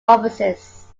offices